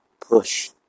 push